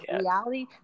reality